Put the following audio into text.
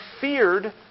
feared